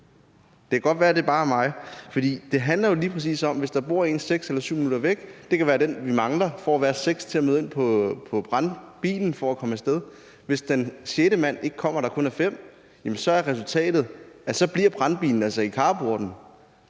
Det kan godt være, det bare er mig. Det handler jo lige præcis om, at hvis der er en, der bor 6 eller 7 minutter væk – det kan være den, man mangler for at være seks til at møde ind ved brandbilen for at komme af sted – den sjette mand ikke kommer og der kun er fem, er resultatet, at brandbilen altså bliver i carporten;